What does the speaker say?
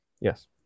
Yes